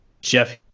Jeff